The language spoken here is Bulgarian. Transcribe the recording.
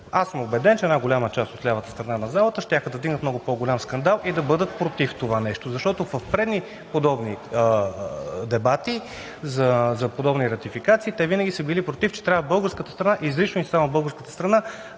Аз съм убеден, че една голяма част от лявата страна на залата щяха да вдигнат много по-голям скандал и да бъдат против това нещо, защото в предни дебати за подобни ратификации те винаги са били против – че трябва изрично и само българската страна